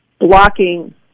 blocking